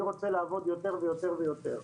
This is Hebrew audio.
אני רוצה לעבוד יותר ויותר ויותר.